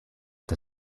the